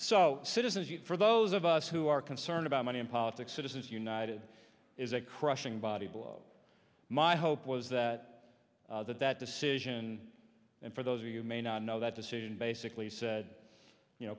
so citizens for those of us who are concerned about money in politics citizens united is a crushing body blow my hope was that the that decision and for those of you may not know that decision basically said you know